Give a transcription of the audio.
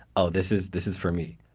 oh, this is this is for me.